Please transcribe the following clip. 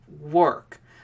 work